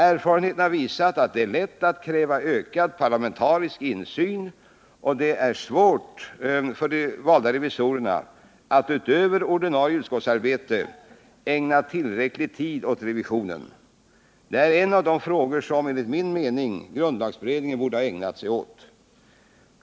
Erfarenheten har visat att det är lätt att kräva ökad parlamentarisk insyn och att det är svårt för de valda revisorerna att — utöver ordinarie utskottsarbete — ägna tillräcklig tid åt revisionen. Detta är en av de frågor som — enligt min mening — grundlagberedningen borde ha ägnat sig åt.